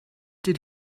did